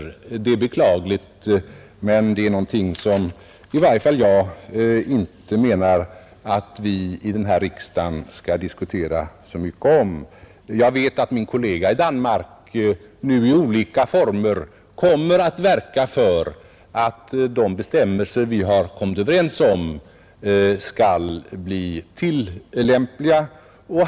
Detta är beklagligt, men det är 33 någonting som jag menar att vi i varje fall inte bör diskutera här i riksdagen. Jag vet att min kollega i Danmark nu i olika former kommer att verka för att de bestämmelser som vi har kommit överens om skall bli tillämpade.